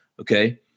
okay